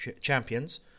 Champions